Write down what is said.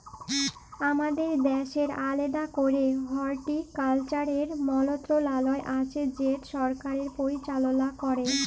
আমাদের দ্যাশের আলেদা ক্যরে হর্টিকালচারের মলত্রলালয় আছে যেট সরকার পরিচাললা ক্যরে